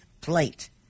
plate